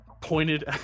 pointed